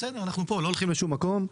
אנחנו פה, אנחנו לא הולכים לשום מקום,